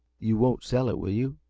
you won't sell it, will you?